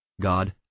God